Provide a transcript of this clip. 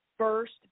First